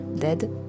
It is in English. Dead